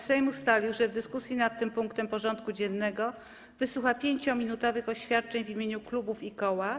Sejm ustalił, że w dyskusji nad tym punktem porządku dziennego wysłucha 5-minutowych oświadczeń w imieniu klubów i